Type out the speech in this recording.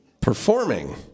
Performing